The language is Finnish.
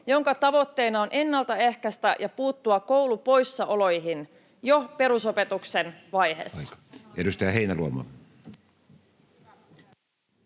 jonka tavoitteena on ennaltaehkäistä ja puuttua koulupoissaoloihin jo perusopetuksen vaiheessa. [Speech 73]